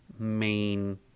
Main